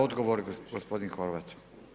Odgovor gospodin Horvat.